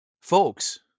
Folks